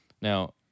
Now